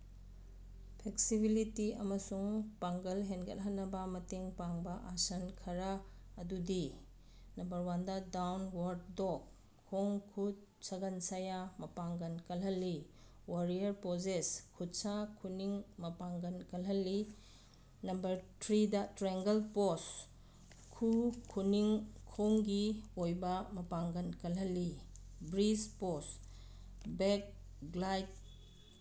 flexibility ꯑꯃꯁꯨꯡ ꯄꯥꯡꯒꯜ ꯍꯦꯟꯒꯠꯍꯟꯅꯕ ꯃꯇꯦꯡ ꯄꯥꯡꯕ ꯑꯥꯁꯟ ꯈꯔ ꯑꯗꯨꯗꯤ ꯅꯝꯕꯔ ꯋꯥꯟꯗ ꯗꯥꯎꯟꯋꯥꯔꯠ ꯗꯣꯛ ꯈꯣꯡ ꯈꯨꯠ ꯁꯥꯒꯟ ꯁꯌꯥ ꯃꯄꯥꯡꯒꯜ ꯀꯜꯍꯜꯂꯤ ꯋꯥꯔꯤꯌꯔ ꯄꯣꯖꯦꯁ ꯈꯨꯠꯁꯥ ꯈꯨꯅꯤꯡ ꯃꯄꯥꯡꯒꯜ ꯀꯜꯍꯜꯂꯤ ꯅꯝꯕꯔ ꯊ꯭ꯔꯤꯗ ꯇ꯭ꯔꯦꯡꯒꯜ ꯄꯣꯁ ꯈꯨꯎ ꯈꯨꯅꯤꯡ ꯈꯣꯡꯒꯤ ꯑꯣꯏꯕ ꯃꯄꯥꯡꯒꯜ ꯀꯜꯍꯜꯂꯤ ꯕ꯭ꯔꯤꯖ ꯄꯣꯁ ꯕꯦꯛ ꯒ꯭ꯂꯥꯏꯠ